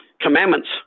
commandments